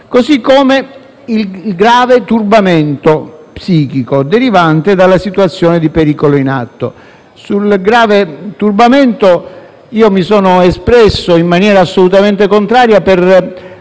così come il grave turbamento psichico derivante dalla situazione di pericolo in atto. Sul grave turbamento mi sono espresso in maniera assolutamente contraria per